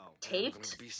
taped